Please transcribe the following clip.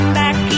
back